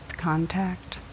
contact